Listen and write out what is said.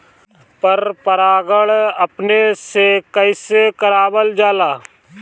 पर परागण अपने से कइसे करावल जाला?